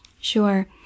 Sure